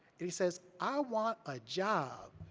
and he says, i want a job.